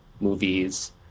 movies